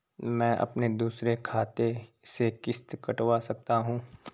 मैं अपने दूसरे खाते से किश्त कटवा सकता हूँ?